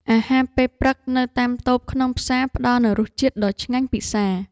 អាហារពេលព្រឹកនៅតាមតូបក្នុងផ្សារផ្ដល់នូវរសជាតិដ៏ឆ្ងាញ់ពិសា។